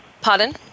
Pardon